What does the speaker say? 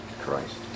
Christ